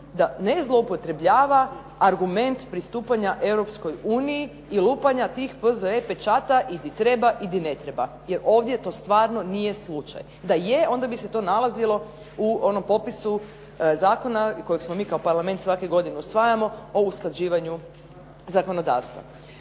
da ne zloupotrebljava argument pristupanja Europskoj uniji i lupanja tih P.Z.E. pečata i di treba i di ne treba jer ovdje to stvarno nije slučaj. Da je onda bi se to nalazilo u onom popisu zakona kojeg smo mi kao Parlament svake godine usvajamo o usklađivanju zakonodavstva.